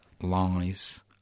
lies